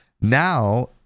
Now